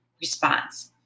response